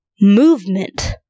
movement